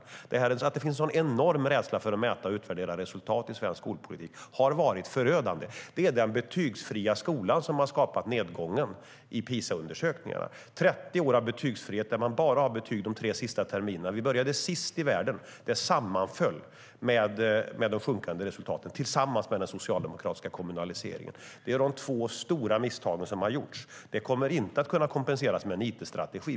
Att det i svensk skolpolitik finns en sådan enorm rädsla för att mäta och utvärdera resultat har varit förödande. Det är den betygsfria skolan som har skapat nedgången i PISA-undersökningarna - 30 år av betygsfrihet där man bara har betyg de tre sista terminerna. Vi började sist i världen. Detta, tillsammans med den socialdemokratiska kommunaliseringen av den svenska skolan, sammanföll med de sjunkande resultaten. Det är de två stora misstagen som har gjorts. Det kommer inte att kunna kompenseras med en it-strategi.